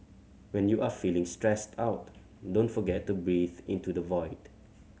when you are feeling stressed out don't forget to breathe into the void